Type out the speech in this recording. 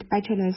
bachelor's